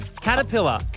Caterpillar